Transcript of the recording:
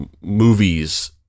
movies